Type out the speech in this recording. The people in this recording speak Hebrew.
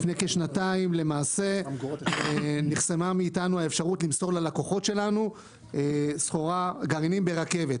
לפני כשנתיים נחסמה מאתנו האפשרות למסור ללקוחות שלנו גרעינים ברכבת.